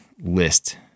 list